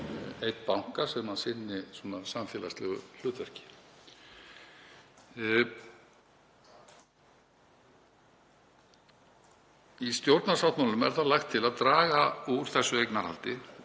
einn banka sem sinni samfélagslegu hlutverki. Í stjórnarsáttmálanum er lagt til að draga úr eignarhaldinu